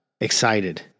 excited